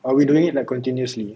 are we doing it like continuously